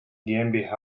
gmbh